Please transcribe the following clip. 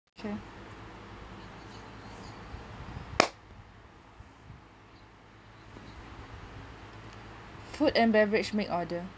K food and beverage make order